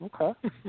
Okay